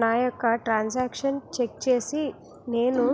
నా యెక్క ట్రాన్స్ ఆక్షన్లను చెక్ చేసి నేను